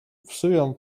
psują